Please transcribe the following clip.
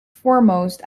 foremost